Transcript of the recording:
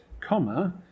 Comma